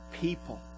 people